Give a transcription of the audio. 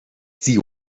see